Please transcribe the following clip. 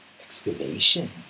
Excavation